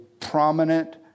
prominent